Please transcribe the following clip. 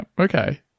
Okay